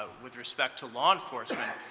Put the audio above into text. ah with respect to law enforcement,